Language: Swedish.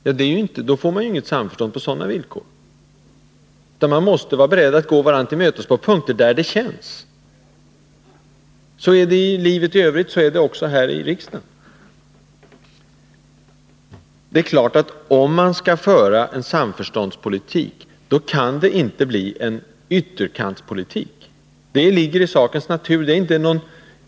På sådana villkor får man inget samförstånd, utan vi måste vara beredda att gå varandra till mötes på punkter där det känns. Så är det i livet i övrigt och så är det också här i riksdagen. Det är klart att om man skall föra en samförståndspolitik, kan det inte bli en ytterkantspolitik. Det ligger i sakens natur.